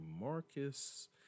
Marcus